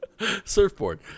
Surfboard